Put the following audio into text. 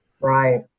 right